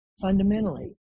fundamentally